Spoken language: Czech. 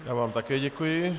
Já vám také děkuji.